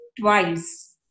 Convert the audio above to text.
twice